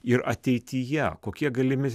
ir ateityje kokie galimi